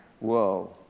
Whoa